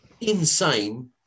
insane